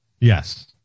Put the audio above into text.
Yes